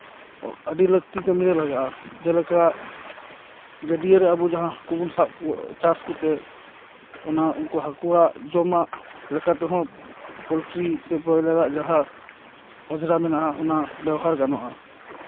ᱟᱹᱰᱤ ᱞᱟᱹᱠᱛᱤ ᱠᱟᱹᱢᱤᱨᱮ ᱞᱟᱜᱟᱜᱼᱟ ᱡᱮᱞᱮᱠᱟ ᱜᱟᱹᱰᱭᱟᱹ ᱨᱮ ᱡᱟᱦᱟᱸ ᱦᱟᱹᱠᱩ ᱵᱚᱱ ᱥᱟᱵ ᱠᱚᱣᱟ ᱪᱟᱥ ᱠᱚᱛᱮ ᱚᱱᱟ ᱩᱱᱠᱩ ᱦᱟᱹᱠᱩᱣᱟᱜ ᱡᱚᱢᱟᱜ ᱞᱮᱠᱟ ᱛᱮᱦᱚᱸ ᱯᱳᱞᱴᱨᱤ ᱥᱮ ᱵᱚᱭᱞᱟᱨᱟᱜ ᱡᱟᱦᱟᱸ ᱚᱸᱡᱽᱨᱟ ᱢᱮᱱᱟᱜᱼᱟ ᱚᱱᱟ ᱵᱮᱣᱦᱟᱨ ᱜᱟᱱᱚᱜᱼᱟ